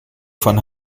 von